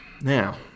now